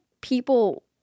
people